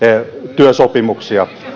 työsopimuksia